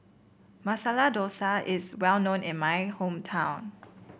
Masala Dosa is well known in my hometown